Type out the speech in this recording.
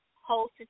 whole